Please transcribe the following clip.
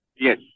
Yes